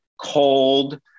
cold